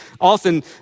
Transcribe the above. often